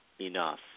enough